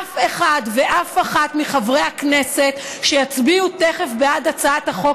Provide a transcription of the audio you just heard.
אף אחד ואף אחת מחברי הכנסת שיצביעו תכף בעד הצעת החוק